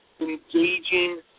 engaging